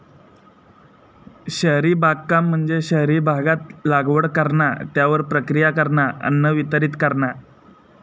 शहरी बागकाम म्हणजे शहरी भागात लागवड करणा, त्यावर प्रक्रिया करणा, अन्न वितरीत करणा